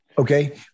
Okay